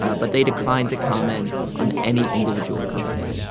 ah but they declined to comment on any individual company